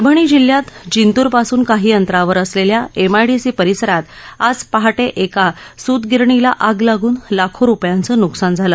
परभणी जिल्ह्यात जिंतूर पासून काही अंतरावर असलेल्या एम आय डि सी परिसरात आज पहाटे एका सूतगिरणीला आग लागून लाखों रुपयांच नुकसान झालं